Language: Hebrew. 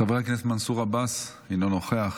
חבר הכנסת מנסור עבאס, אינו נוכח.